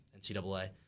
NCAA